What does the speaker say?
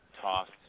tossed